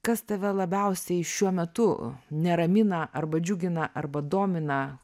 kas tave labiausiai šiuo metu neramina arba džiugina arba domina